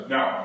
Now